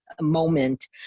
moment